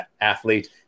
athlete